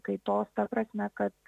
kaitos ta prasme kad